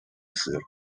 сир